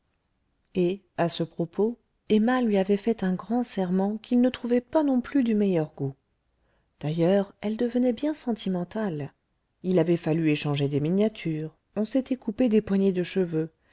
et à ce propos emma lui avait fait un grand serment qu'il ne trouvait pas non plus du meilleur goût d'ailleurs elle devenait bien sentimentale il avait fallu échanger des miniatures on s'était coupé des poignées de cheveux